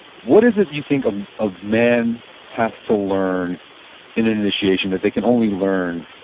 what is it you think um a man has to learn in an initiation that they can only learn,